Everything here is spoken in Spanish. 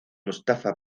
mustafa